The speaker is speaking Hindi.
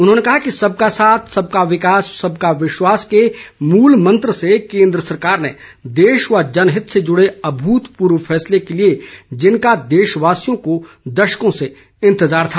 उन्होंने कहा कि सबका साथ सबका विकास सबका विश्वास के मूल मंत्र से केन्द्र सरकार ने देश व जनहित से जुड़े अभूतपूर्व फैसले लिए जिनका देशवासियों को दशकों से इंतजार था